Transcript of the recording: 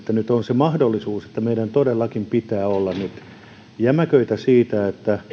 nyt on se mahdollisuus että meidän todellakin pitää olla nyt jämäköitä siinä